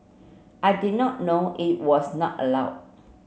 I did not know it was not allowed